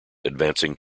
advancing